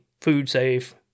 food-safe